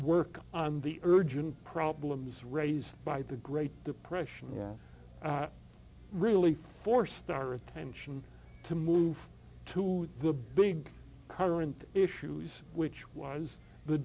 work on the urgent problems raised by the great depression was really for star attention to move to the big current issues which was the